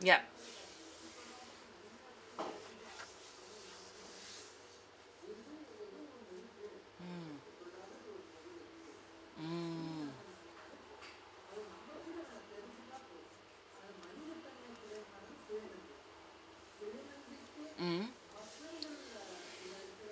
yup mm mm mm